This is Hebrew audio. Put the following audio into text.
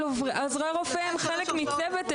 אבל עוזרי רופא הם חלק מצוות.